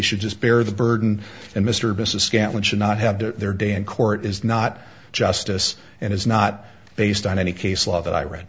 should just bear the burden and mr business scantlin should not have their day in court is not justice and is not based on any case law that i read